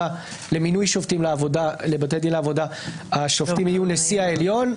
במינוי שופטים לבתי דין לעבודה השופטים יהיו: נשיא העליון,